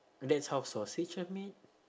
that's how sausage are made